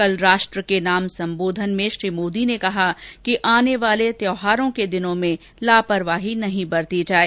कल राष्ट्र के नाम संबोधन में श्री मोदी ने कहा कि आने वाले त्यौहारों के दिनों में लापरवाही नहीं बरती जाए